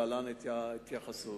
להלן ההתייחסות.